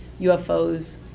UFOs